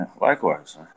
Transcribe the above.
Likewise